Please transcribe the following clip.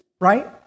right